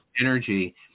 energy